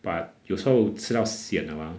but 有时候吃到 sian 了 mah